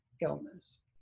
illness